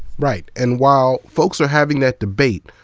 right. and while folks are having that debate,